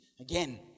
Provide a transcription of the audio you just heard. again